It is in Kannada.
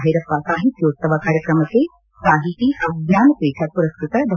ಭೈರಪ್ಪ ಸಾಹಿತ್ಕೋತ್ಸವ ಕಾರ್ಯಕ್ರಮಕ್ಕೆ ಸಾಹಿತಿ ಹಾಗೂ ಜ್ಞಾನಪೀಠ ಪುರಸ್ವತ ಡಾ